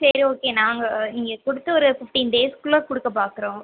சரி ஓகே நாங்கள் நீங்கள் கொடுத்து ஒரு ஃபிப்டீன் டேஸ்க்குள் கொடுக்கப் பாக்கிறோம்